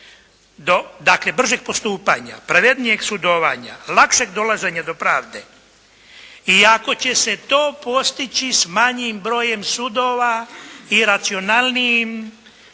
dakle bržeg postupanja, pravednijeg sudovanja, lakšeg dolaženja do pravde i ako će se to postići s manjim brojem sudova i racionalnijim